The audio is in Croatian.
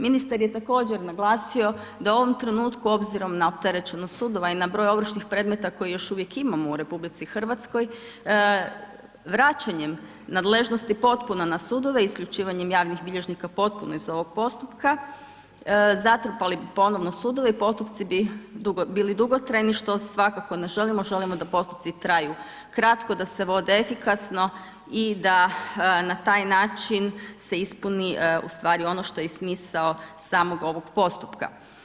Ministar je također naglasio da u ovom trenutku obzirom na opterećenost sudova i na broj ovršnih predmeta koje još uvijek imamo u RH vraćanjem nadležnosti potpuno na sudove, isključivanjem javnih bilježnika potpuno iz ovog postupka, zatrpali bi ponovno sudove, postupci bi bili dugotrajni što svakako ne želimo, želimo da postupci traju kratko, da se vode efikasno i da na taj način se ispuni ono što je i smisao samog ovog postupka.